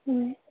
ம்